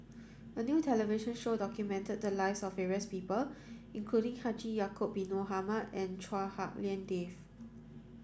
a new television show documented the lives of various people including Haji Ya'acob bin Mohamed and Chua Hak Lien Dave